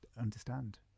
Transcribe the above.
understand